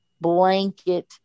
blanket